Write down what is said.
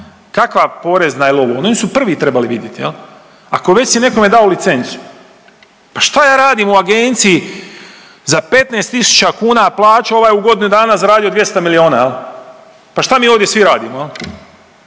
kakva porezna ili ovo, oni su prvi trebali vidjet. Ako već si nekome dao licencu pa šta ja radim u agenciji za 15.000 kuna plaću, a ovaj je u godini dana zaradio 200 milijuna, pa šta mi ovdje svi radimo?